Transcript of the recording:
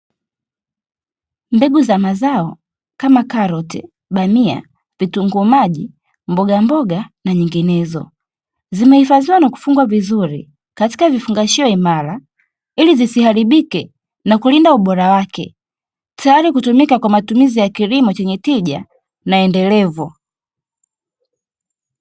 Mbegu za mazao kama: karoti, bamia, vitunguu maji, mbogamboga na nyinginezo, zimehifadhiwa na kufungwa vizuri katika vifungashio imara, ili zisiharibike na kulinda ubora wake, tayari kutumika kwa matumizi ya kilimo chenye tija na endelevu.